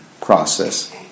process